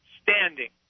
standing